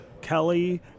Kelly